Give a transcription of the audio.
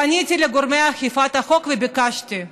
פניתי לגורמי אכיפת החוק וביקשתי,